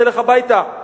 תלך הביתה.